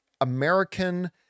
American